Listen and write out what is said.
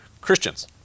Christians